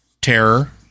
terror